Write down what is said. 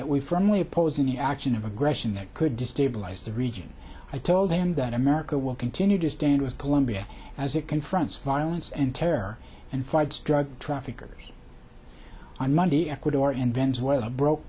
that we firmly oppose any action of aggression that could destabilize the region i told him that america will continue to stand with colombia as it confronts violence and terror and fights drug traffickers on monday ecuador in venezuela broke